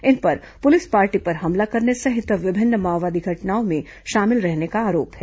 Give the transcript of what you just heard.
इन पर police party पर हमला करने सहित विभिन्न माओवादी घटनाओं में शामिल रहने का आरोप है